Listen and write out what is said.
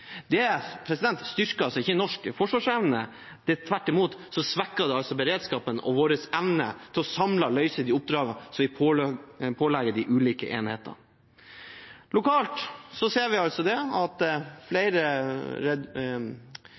grunn. Det styrker ikke norsk forsvarsevne, tvert imot svekker det beredskapen og vår evne til samlet å løse de oppdragene som vi pålegger de ulike enhetene. Lokalt ser vi at flere